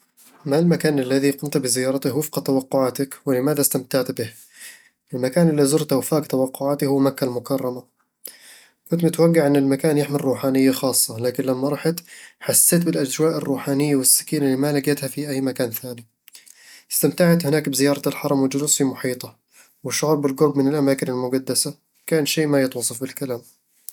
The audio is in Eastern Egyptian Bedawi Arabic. ما المكان الذي قمت بزيارته وفق توقعاتك، ولماذا استمتعت به؟ المكان اللي زرته وفاق توقعاتي هو مكة المكرمة كنت متوقع أن المكان يحمل روحانية خاصة، لكن لما رحت، حسيت بالأجواء الروحانية والسكينة اللي ما لقيتها في أي مكان ثاني استمتعت هناك بزيارة الحرم والجلوس في محيطه، والشعور بالقرب من الأماكن المقدسة، كان شي ما يتوصف بالكلام